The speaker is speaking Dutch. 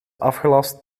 afgelast